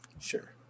Sure